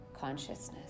consciousness